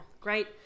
Great